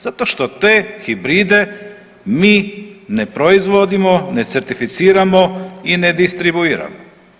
Zato što te hibride mi ne proizvodimo, ne certificiramo i ne distribuiramo.